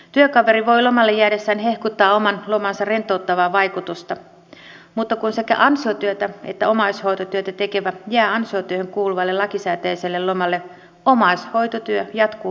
työkaveri voi lomalle jäädessään hehkuttaa oman lomansa rentouttavaa vaikutusta mutta kun sekä ansiotyötä että omaishoitotyötä tekevä jää ansiotyöhön kuuluvalle lakisääteiselle lomalle omaishoitotyö jatkuu normaaliin tapaan